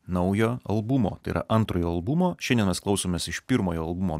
naujo albumo tai yra antrojo albumo šiandien mes klausomės iš pirmojo albumo